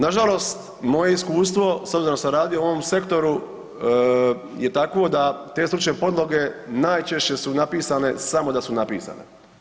Nažalost, moje iskustvo s obzirom da sam radio u ovom sektoru je takvo da te stručne podloge najčešće su napisane samo da su napisane.